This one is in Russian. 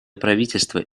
правительства